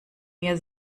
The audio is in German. mir